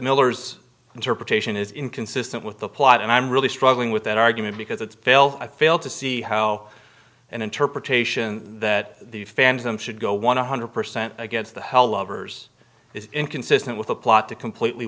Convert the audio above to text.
miller's interpretation is inconsistent with the plot and i'm really struggling with that argument because it's failed i fail to see how an interpretation that the fandom should go one hundred percent against the hell lovers is inconsistent with a plot to completely